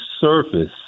surface